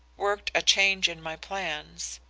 worked a change in my plans.